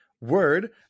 word